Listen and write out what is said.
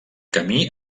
camí